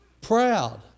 proud